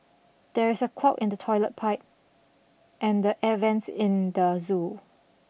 there is a clog in the toilet pipe and the air vents in the zoo